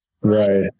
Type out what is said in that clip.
Right